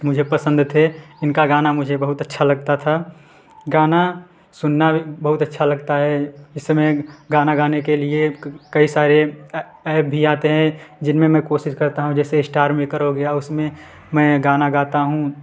मुझे पसंद थे इनका गाना मुझे बहुत अच्छा लगता था गाना सुनना भी बहुत अच्छा लगता है इस समय गाना गाने के लिए क कई सारे ए एप भी आते हैं जिनमें मैं कोशिश करता हूँ जैसे स्टारमेकर हो गया उसमें गाना गाता हूँ